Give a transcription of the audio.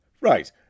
Right